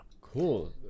Cool